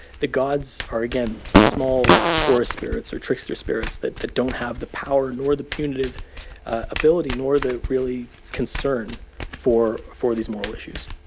the gods are, again, small, forest spirits or trickster spirits that but don't have the power nor the punitive ability nor the, really, concern for for these moral issues